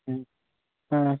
हँ हूँ